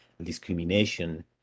discrimination